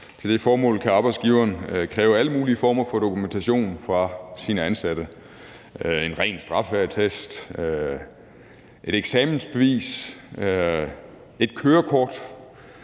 Til det formål kan arbejdsgiveren kræve alle mulige former for dokumentation af sine ansatte: en ren straffeattest, et eksamensbevis, et kørekort